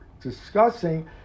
discussing